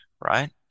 right